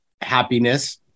Happiness